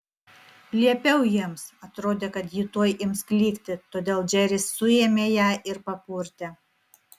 liepiau jiems atrodė kad ji tuoj ims klykti todėl džeris suėmė ją ir papurtė